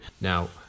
Now